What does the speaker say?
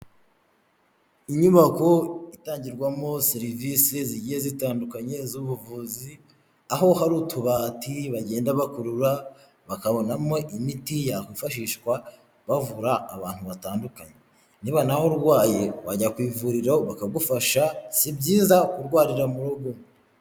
Inyubako itangirwamo serivisi zigiye zitandukanye z'ubuvuzi, aho hari utubati bagenda bakurura, bakabonamo imiti yakwifashishwa bavura abantu batandukanye, niba nawe urwaye, wajya ku ivuriro bakagufasha. Si byiza kurwarira mu rugo.